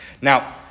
Now